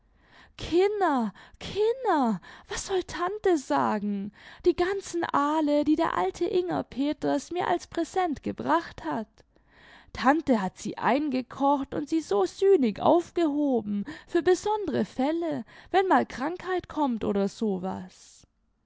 kinner kinner i was soll tante sagen i die ganzen aale die der alte inger peters mir als präsent gebracht hat tante hat sie eingekocht imd sie so sünig aufgehoben für besondere fälle wenn mal krankheit kommt oder so was